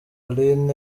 alyn